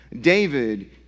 David